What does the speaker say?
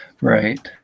Right